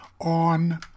On